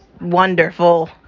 wonderful